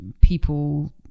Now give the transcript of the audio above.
people